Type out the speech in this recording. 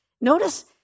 Notice